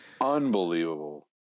Unbelievable